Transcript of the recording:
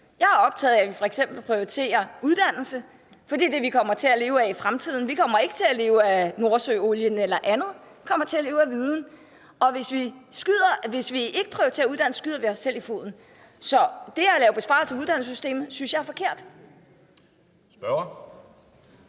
f.eks. optaget af at prioritere uddannelse, for det er det, vi kommer til at leve af i fremtiden. Vi kommer ikke til at leve af Nordsøolien eller andet, vi kommer til at leve af viden. Og hvis vi ikke prioriterer uddannelse, skyder vi os selv i foden. Så det at lave besparelser i uddannelsessystemet synes jeg er forkert. Kl.